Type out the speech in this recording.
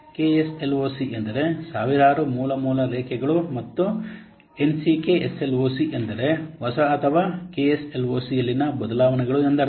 KSLOC ಎಂದರೆ ಸಾವಿರಾರು ಮೂಲ ಮೂಲ ರೇಖೆಗಳು ಮತ್ತು ಎನ್ಸಿಕೆಎಸ್ಎಲ್ಒಸಿ ಎಂದರೆ ಹೊಸ ಅಥವಾ ಕೆಎಸ್ಎಲ್ಒಸಿಯಲ್ಲಿನ ಬದಲಾವಣೆಗಳು ಎಂದರ್ಥ